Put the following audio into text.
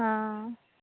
हँ